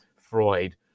Freud